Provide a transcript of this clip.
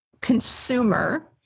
consumer